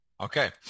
Okay